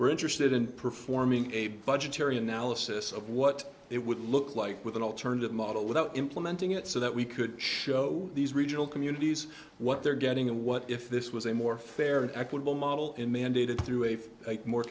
we're interested in performing a budgetary analysis of what it would look like with an alternative model without implementing it so that we could show these regional communities what they're getting and what if this was a more fair and equitable model in mandated through a more